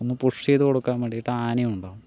ഒന്ന് പുഷ് ചെയ്ത് കൊടുക്കുവാൻ വേണ്ടിയിട്ട് ആനയും ഉണ്ടാവും